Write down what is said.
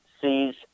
sees